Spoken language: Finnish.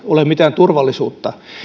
ole mitään turvallisuutta